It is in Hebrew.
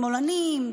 שמאלנים,